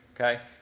Okay